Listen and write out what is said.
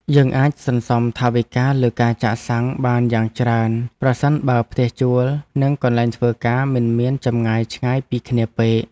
យើងអាចសន្សំថវិកាលើការចាក់សាំងបានយ៉ាងច្រើនប្រសិនបើផ្ទះជួលនិងកន្លែងធ្វើការមិនមានចម្ងាយឆ្ងាយពីគ្នាពេក។